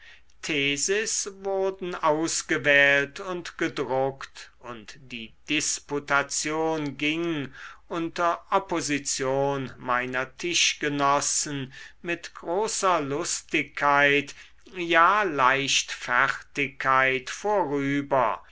theses wurden ausgewählt und gedruckt und die disputation ging unter opposition meiner tischgenossen mit großer lustigkeit ja leichtfertigkeit vorüber